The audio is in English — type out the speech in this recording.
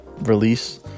release